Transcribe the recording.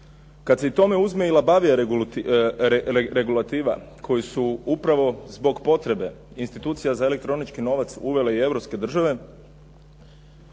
Kad se i tome uzme i labavija regulativa koju su upravo zbog potrebe institucija za elektronički novac uvele i europske države,